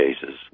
cases